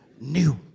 new